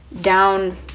down